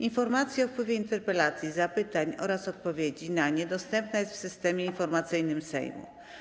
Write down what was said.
Informacja o wpływie interpelacji i zapytań oraz odpowiedzi na nie dostępna jest w Systemie Informacyjnym Sejmu.